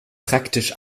praktisch